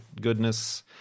goodness